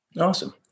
Awesome